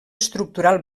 estructural